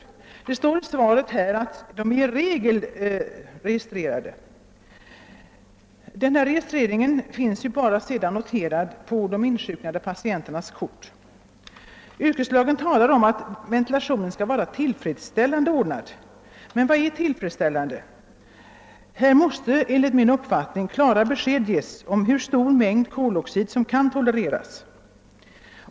Socialministern säger visserligen i svaret att de i regel är registrerade, men denna registrering finns bara i form av noteringar på de insjuknades patientkort. Arbetarskyddslagen talar om att ventilationen skall vara »tillfredsställande» ordnad, men vad är »tillfredsställande»? Här måste enligt min uppfattning klara besked ges om hur stor mängd koloxid som kan tolereras.